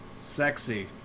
Sexy